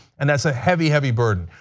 and that is a heavy heavy burden.